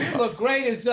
look great.